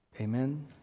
Amen